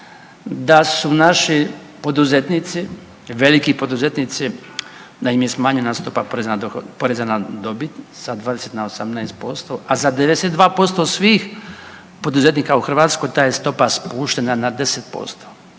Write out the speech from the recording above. da su naši poduzetnici, veliki poduzetnici da im je smanjena stopa poreza na dobit sa 20 na 18%, a za 92% svih poduzetnika u Hrvatskoj ta je stopa spuštena na 10%,